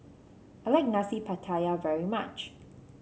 I like Nasi Pattaya very much